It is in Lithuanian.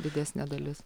didesnė dalis